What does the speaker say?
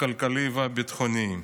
הכלכלי והביטחוני.